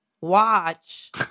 watch